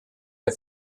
der